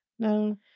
No